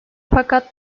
fakat